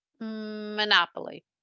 monopoly